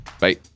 Bye